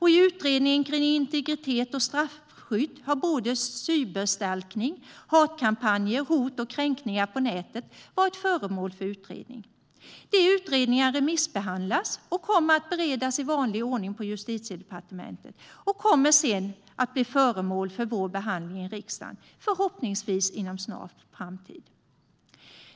I utredningen Integritet och straffskydd har såväl cyberstalkning som hatkampanjer, hot och kräkningar på nätet varit föremål för utredning. Dessa utredningar remissbehandlas och kommer att beredas i vanlig ordning på Justitiedepartementet. Därefter blir de föremål för vår behandling i riksdagen, förhoppningsvis inom en snar framtid.